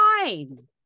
fine